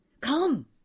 come